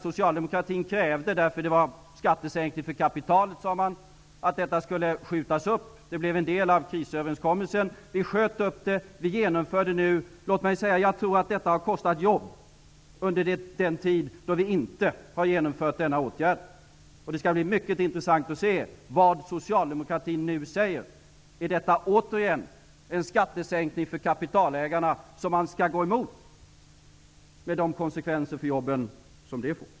Socialdemokratin krävde att detta skulle skjutas upp därför att man ansåg att det innebar en skattesänkning för kapitalet. Det blev en del av krisöverenskommelsen. Vi sköt upp det, och vi genomför det nu. Låt mig säga att jag tror att detta uppskjutande har kostat jobb. Det skall därför bli mycket intressant att se vad socialdemokratin nu säger. Är detta återigen en skattesänkning för kapitalägarna som socialdemokratin skall gå emot med de konsekvenser för jobben som det får?